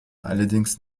allerdings